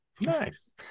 nice